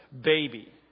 baby